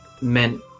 meant